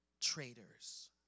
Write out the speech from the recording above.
traitors